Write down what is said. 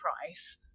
price